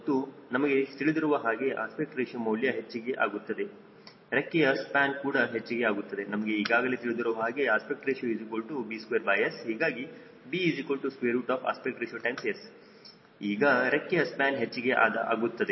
ಮತ್ತು ನಮಗೆ ತಿಳಿದಿರುವ ಹಾಗೆ ಅಸ್ಪೆಕ್ಟ್ ರೇಶಿಯೋ ಮೌಲ್ಯ ಹೆಚ್ಚಿಗೆ ಆಗುತ್ತದೆ ರೆಕ್ಕೆಯ ಸ್ಪ್ಯಾನ್ ಕೂಡ ಹೆಚ್ಚಿಗೆ ಆಗುತ್ತದೆ ನಮಗೆ ಈಗಾಗಲೇ ತಿಳಿದಿರುವ ಹಾಗೆ ARb2S ಹೀಗಾಗಿ bARS ಈಗ ರೆಕ್ಕೆಯ ಸ್ಪ್ಯಾನ್ ಹೆಚ್ಚಿಗೆ ಆಗುತ್ತದೆ